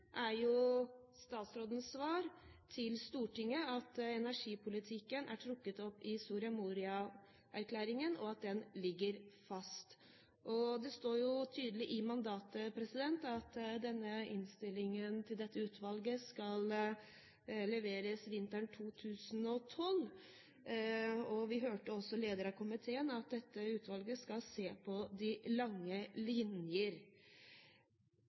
er jo statsrådens svar til Stortinget, at energipolitikken er trukket opp i Soria Moria-erklæringen, og at den ligger fast. Og det står tydelig i mandatet at innstillingen til dette utvalget skal leveres vinteren 2012. Vi hørte også fra lederen av komiteen at dette utvalget skal se på de lange linjer.